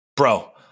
Bro